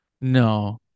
no